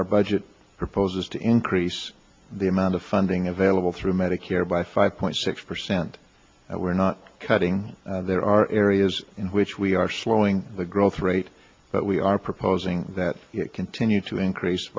our budget proposes to increase the amount of funding available through medicare by five point six percent and we're not cutting there are areas in which we are slowing the growth rate but we are proposing that continue to increase